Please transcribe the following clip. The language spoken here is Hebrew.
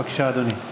בבקשה, אדוני.